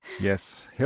Yes